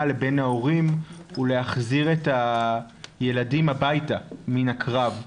לבין ההורים הוא להחזיר את הילדים הביתה מן הקרב,